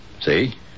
See